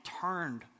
turned